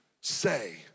say